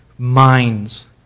minds